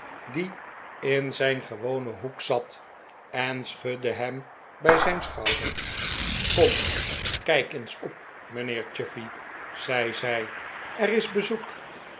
die in zijn gewonen hoek zat en schudde hem bij zijn schouder kom kijk eens op mijnheer chuffey zei zij er is bezoek